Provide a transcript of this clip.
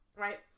right